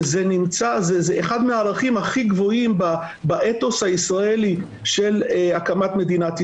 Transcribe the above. וזה אחד הערכים הכי גבוהים באתוס הישראלי של הקמת מדינת ישראל.